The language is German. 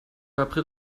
april